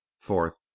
fourth